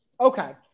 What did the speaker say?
Okay